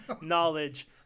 knowledge